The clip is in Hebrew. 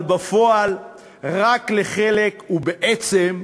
אבל בפועל רק לחלק, ובעצם,